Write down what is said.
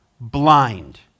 blind